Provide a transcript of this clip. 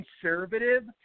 conservative